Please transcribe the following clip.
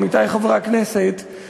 עמיתי חברי הכנסת,